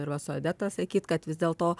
ir va su odeta sakyt kad vis dėl to